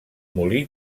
molí